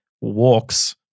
walks